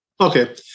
Okay